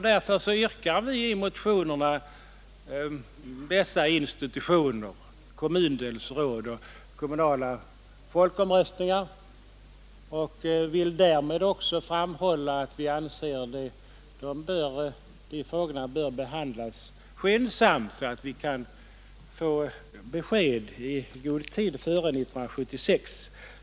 Därför yrkar vi i motionerna på införande av kommundelsråd och kommunala folkomröstningar, och vi vill också samtidigt framhålla att vi anser att dessa frågor bör behandlas skyndsamt så att vi kan få besked i god tid före 1976.